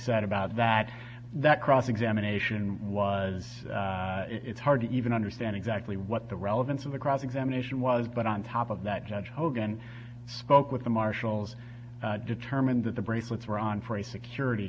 said about that that cross examination was it's hard to even understand exactly what the relevance of the cross examination was but on top of that judge hogan spoke with the marshals determined that the bracelets were on for a security